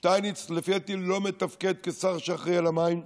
שטייניץ, לפי דעתי, לא מתפקד כשר שאחראי למים,